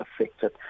affected